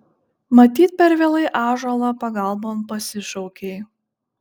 matyt per vėlai ąžuolą pagalbon pasišaukei